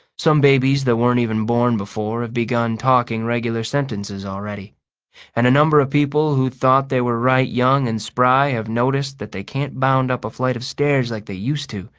some babies that weren't even born before have begun talking regular sentences already and a number of people who thought they were right young and spry have noticed that they can't bound up a flight of stairs like they used to,